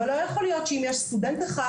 אבל לא יכול להיות שאם יש סטודנט אחד